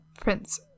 Prince